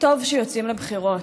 טוב שיוצאים לבחירות,